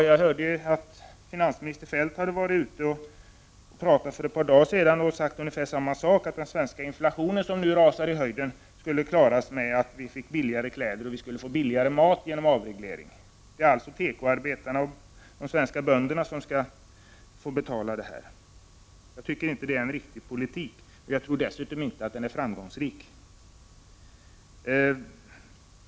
Jag hörde att finansminister Feldt för ett par dagar sedan var ute och talade och att han sagt ungefär samma sak. Han sade att den svenska inflationen, som nu rakar i höjden, skulle klaras av med att vi får billigare kläder och billigare mat genom avreglering. Det är alltså tekoarbetarna och de svenska bönderna som skall få betala detta. Jag tycker inte det är en riktig politik, och jag tror dessutom inte att den är framgångsrik.